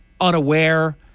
unaware